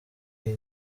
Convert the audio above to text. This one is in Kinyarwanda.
iyi